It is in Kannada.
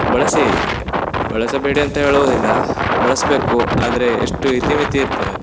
ಬಳಸಿ ಬಳಸಬೇಡಿ ಅಂತ ಹೇಳುವುದಿಲ್ಲ ಬಳಸಬೇಕು ಆದರೆ ಎಷ್ಟು ಇತಿಮಿತಿ ಇರ್ತದೆ